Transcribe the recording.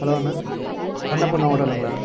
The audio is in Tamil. ஹலோ அண்ணா அன்னபூர்ணா ஹோட்டலுங்களா